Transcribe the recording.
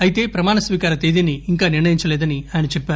అయితే ప్రమాణ స్వీకార తేదీని ఇంకా నిర్ణయించలేదని ఆయన చెప్పారు